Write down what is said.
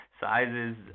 sizes